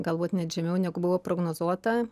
galbūt net žemiau negu buvo prognozuota